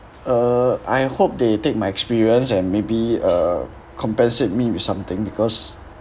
uh I hope they take my experience and maybe uh compensate me with something because